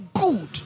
good